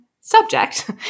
subject